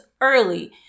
early